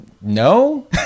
No